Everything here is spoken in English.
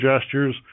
gestures